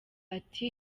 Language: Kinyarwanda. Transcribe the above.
ati